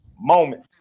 moment